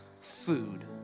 food